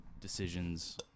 decisions